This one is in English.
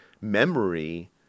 memory